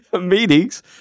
meetings